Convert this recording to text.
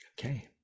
Okay